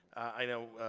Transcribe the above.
i know,